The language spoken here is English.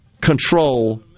control